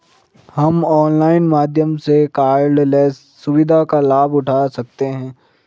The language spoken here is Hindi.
हम ऑनलाइन माध्यम से कॉर्डलेस सुविधा का लाभ उठा सकते हैं